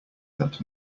that